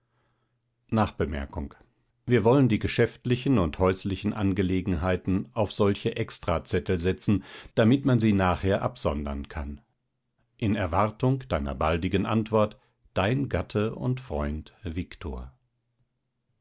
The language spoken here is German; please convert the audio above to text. nb wir wollen die geschäftlichen und häuslichen angelegenheiten auf solche extrazettel setzen damit man sie nachher absondern kann in erwartung deiner baldigen antwort dein gatte und freund viktor